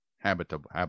habitable